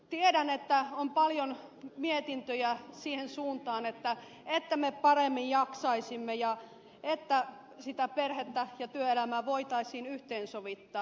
tiedän että on paljon mietintöjä siihen suuntaan että me paremmin jaksaisimme ja että perhettä ja työelämää voitaisiin yhteensovittaa